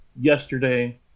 yesterday